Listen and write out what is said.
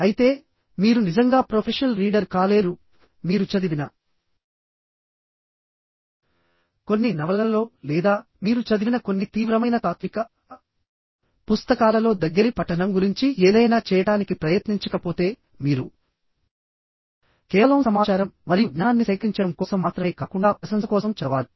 అయితే మీరు నిజంగా ప్రొఫెషనల్ రీడర్ కాలేరు మీరు చదివిన కొన్ని నవలలలో లేదా మీరు చదివిన కొన్ని తీవ్రమైన తాత్విక పుస్తకాలలో దగ్గరి పఠనం గురించి ఏదైనా చేయడానికి ప్రయత్నించకపోతే మీరు కేవలం సమాచారం మరియు జ్ఞానాన్ని సేకరించడం కోసం మాత్రమే కాకుండా ప్రశంస కోసం చదవాలి